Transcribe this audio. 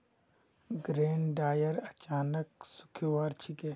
grain dryer अनाजक सुखव्वार छिके